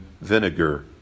vinegar